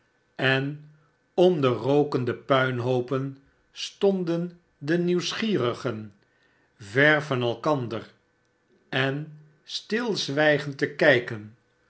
rookende puinhoopen stonden de nieuwsgierigen ver van elkander eix stilzwijgend te kijken